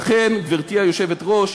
לכן, גברתי היושבת-ראש,